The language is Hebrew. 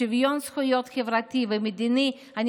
שוויון זכויות חברתי ומדיני גמור,